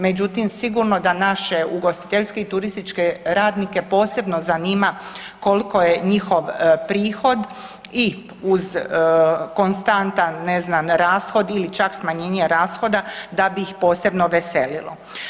Međutim, sigurno da naše ugostiteljske i turističke radnike posebno zanima koliko je njihov pri9hod i uz konstantan, ne znam rashod ili čak smanjenje rashoda da bi ih posebno veselilo.